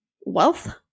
wealth